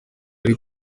yari